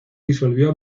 disolvió